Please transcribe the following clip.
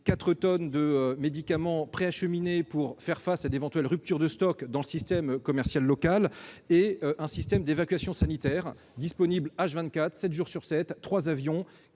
4 tonnes de médicaments ont été préacheminées pour faire face à d'éventuelles ruptures de stocks dans le système commercial local et un système d'évacuation sanitaire, reposant sur 3 avions,